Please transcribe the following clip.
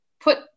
put